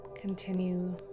Continue